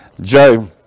Joe